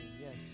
yes